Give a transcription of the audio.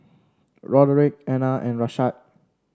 Roderic Ena and Rashaad